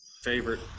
favorite